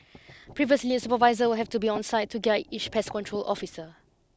previously supervisor would have to be on site to guide each pest control officer